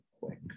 quick